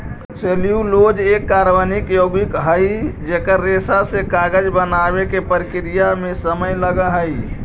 cellulose एक कार्बनिक यौगिक हई जेकर रेशा से कागज बनावे के प्रक्रिया में समय लगऽ हई